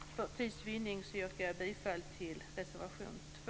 För tids vinnande yrkar jag bifall till reservation 2.